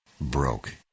broke